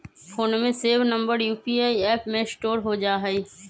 phone में save number UPI app में store हो जा हई